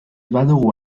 badugu